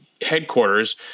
headquarters